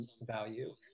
value